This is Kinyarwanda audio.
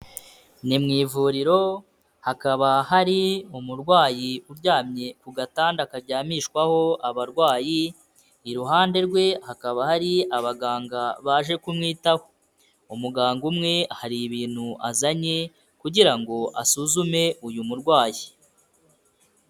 Ni mu ivuriro hakaba hari umurwayi uryamye ku gatanda karyamishwaho abarwayi, iruhande rwe hakaba hari abaganga baje kumwitaho, umuganga umwe hari ibintu azanye kugira ngo asuzume uyu murwayi.